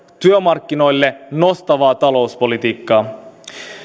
työmarkkinoille nostavaa talouspolitiikkaa